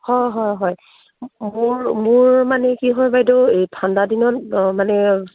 হয় হয় হয় মোৰ মোৰ মানে কি হয় বাইদেউ এই ঠাণ্ডা দিনত অঁ মানে